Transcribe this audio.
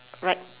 right